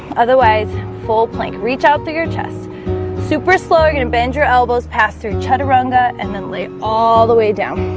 otherwise full plank reach out through your chest super slow. you're gonna bend your elbows pass through chaturanga and then lay all the way down